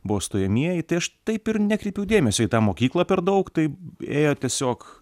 buvo stojamieji tai aš taip ir nekreipiau dėmesio į tą mokyklą per daug taip ėjo tiesiog